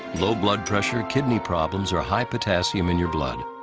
low blood pressure. kidney problems, or high potassium in your blood.